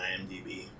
IMDb